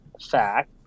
fact